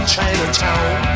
Chinatown